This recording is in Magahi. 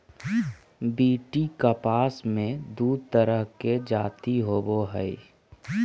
बी.टी कपास मे दू तरह के जाति होबो हइ